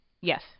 Yes